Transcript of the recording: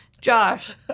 Josh